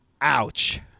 Ouch